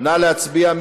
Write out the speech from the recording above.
נא להצביע.